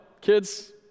kids